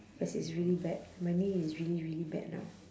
cause it's really bad my knee is really really bad now